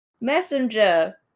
Messenger